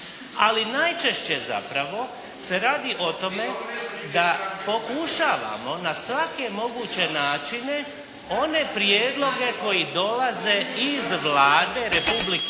Ali najčešće zapravo se radi o tome da pokušavamo na svake moguće načine one prijedloge koji dolaze iz Vlade Republike